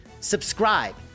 subscribe